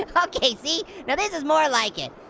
and okay see, now this is more like it.